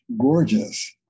gorgeous